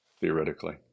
theoretically